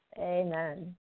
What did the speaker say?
Amen